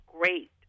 great